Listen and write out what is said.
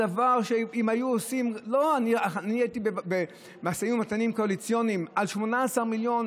אני הייתי במשאים ומתנים קואליציוניים על 18 מיליון,